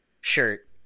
shirt